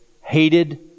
hated